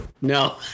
No